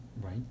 right